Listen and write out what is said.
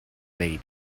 laid